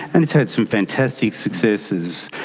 and it's had some fantastic successes.